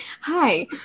Hi